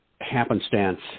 happenstance